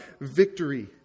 victory